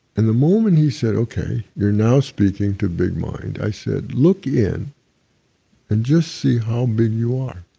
and the moment he said, okay. you're now speaking to big mind, i said, look in and just see how big you are.